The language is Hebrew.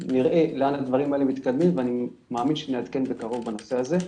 נראה לאן הדברים האלה מתקדמים ואני מאמין שנעדכן בקרוב בנושא הזה.